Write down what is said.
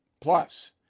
Plus